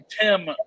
Tim